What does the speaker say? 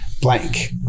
blank